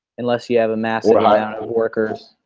unless you have a massive amount of workers.